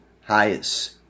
highest